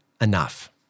enough